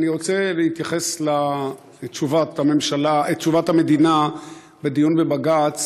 אני רוצה להתייחס לתשובת המדינה בדיון בבג"ץ